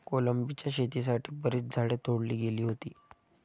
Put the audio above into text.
कोलंबीच्या शेतीसाठी बरीच झाडे तोडली गेली होती